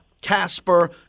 Casper